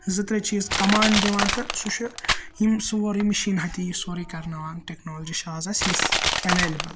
زٕ ترٛےٚ چیز کَمانٛڈ دِوان تہٕ سُہ چھ یِم سورٕے مِشین اتھی سورٕے کَرناوان ٹیٚکنالجی چھِ آز اَسہِ یِژھ ایٚولیبٕل